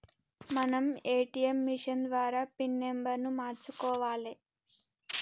మనం ATM machine ద్వారా pin నెంబర్ను మార్చుకోవాలే